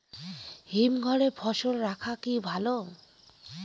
হিমঘরে ফসল রাখা কি ভালো?